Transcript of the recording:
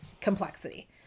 complexity